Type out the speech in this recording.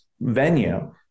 venue